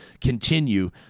continue